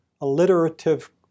alliterative